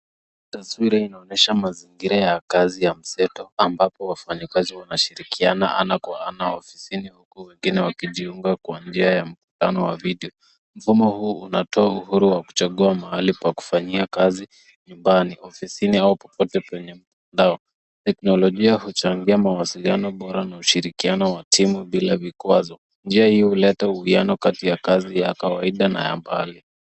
Taswira inaonyesha mazingira ya kazi ya mseto ambapo wafanyikazi wanashirikiana ana kwa ana ofisini huku wengine wakijiunga kwa njia ya mkutano wa video. Mfumo huu unatoa uhuru wa kuchagua mahali pa kufanyia kazi nyumbani, ofisini au popote penye mtandao . Teknolojia huchangia mawasiliano bora na ushirikiano wa timu bila vikwazo. Njia hii huleta uwiano kati ya kazi ya kawaida na mbali.